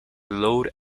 load